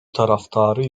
taraftarı